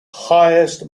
highest